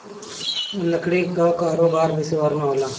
लकड़ी कअ कारोबार विश्वभर में होला